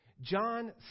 John